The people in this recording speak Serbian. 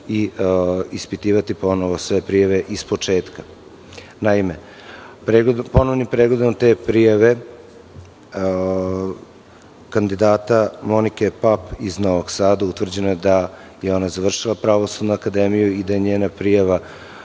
i ispitivati ponovo sve prijave iz početka. Naime, ponovnim predlogom te prijave kandidata Monike Pap iz Novog Sada utvrđeno je da je ona završila Pravosudnu akademiju i da je njena prijava